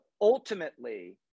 ultimately